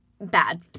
bad